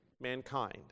mankind